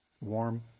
warm